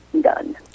done